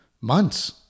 months